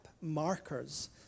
markers